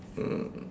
mm